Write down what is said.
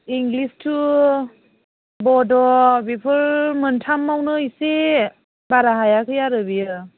English to Bodo बेफोर मोन्थामावनो एसे बारा हायाखै आरो बियो